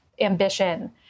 ambition